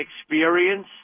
experience